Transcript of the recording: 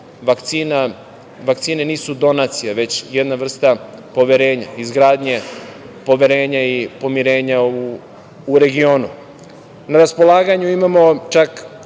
vakcine nisu donacija, već jedna vrsta poverenja, izgradnje, poverenje i pomirenja u regionu. Na raspolaganju imamo čak